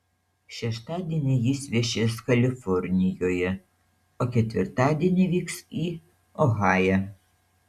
šeštadienį jis viešės kalifornijoje o ketvirtadienį vyks į ohają